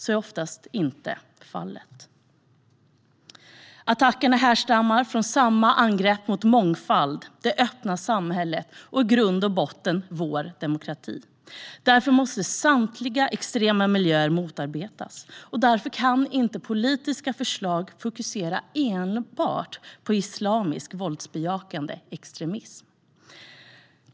Så är oftast inte fallet. Attackerna härstammar från samma angrepp mot mångfald, det öppna samhället och i grund och botten vår demokrati. Därför måste samtliga extrema miljöer motarbetas. Därför kan inte politiska förslag fokusera enbart på islamisk våldbejakande extremism.